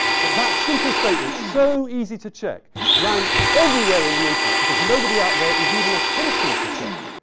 but that simple statement so easy to check ran everywhere in the internet because nobody out there is even attempting to check.